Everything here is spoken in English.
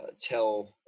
tell